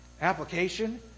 Application